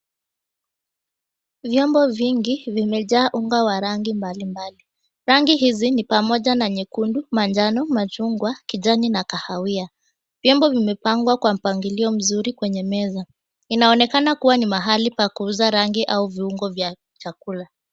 Vyombo vingi vimejaa unga wa rangi mbalimbali. Rangi hizi ni pamoja na nyekundu, manjano, machungwa, kijani na kahawia. Vyombo vimepangwa kwa mpangilio mzuri kwenye meza. Inaonekana kuwa ni mahali pa kuuza rangi au viungo vya chakula.